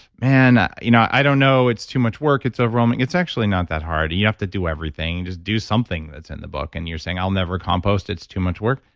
man, ah you know i don't know. it's too much work. it's overwhelming. it's actually not that hard. and you have to do everything. just do something that's in the book. and you're saying, i'll never compost. it's too much work.